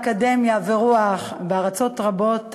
אקדמיה ורוח בארצות רבות,